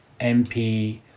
MP